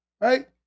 Right